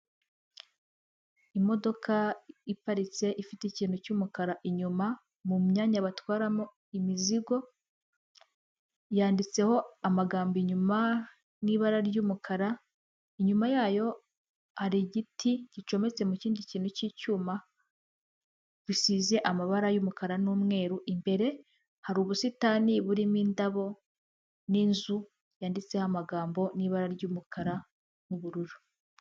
Imodoka iparitse ifite ikintu cy'umukara inyuma mu myanya batwaramo imizigo yanditseho amagambo inyuma n'ibara ry'umukara inyuma yayo hari igiti gicometse mu kindi kintu cy'icyuma bisize amabara y'umukara n'umweru imbere hari ubusitani burimo indabo n'inzu yanditseho amagambo n'ibara ry'umukara n'ubururu.